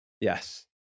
Yes